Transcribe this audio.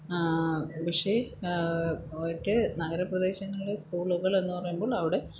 പക്ഷേ ഒരു നഗരപ്രദേശങ്ങളിലെ സ്കൂളുകളെന്ന് പറയുമ്പോള് അവിടെ